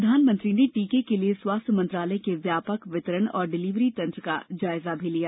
प्रधानमंत्री ने टीके के लिए स्वास्थ्य मंत्रालय के व्यापक वितरण और डिलिवरी तंत्र का जायजा लिया